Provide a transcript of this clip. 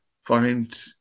find